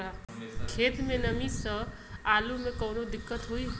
खेत मे नमी स आलू मे कऊनो दिक्कत होई?